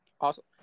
awesome